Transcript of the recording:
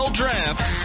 draft